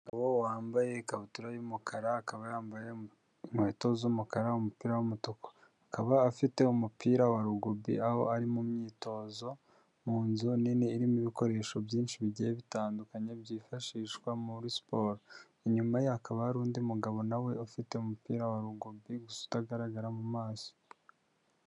Umugabo wambaye ikabutura y'umukara akaba yambaye inkweto z'umukara, umupira w'umutuku akaba afite umupira wa rugubi aho ari mu mu myitozo mu nzu nini irimo ibikoresho byinshi bigiye bitandukanye byifashishwa muri siporo, inyuma hakaba hari undi mugabo nawe ufite umupira wa rugubi utagaragara mu maso.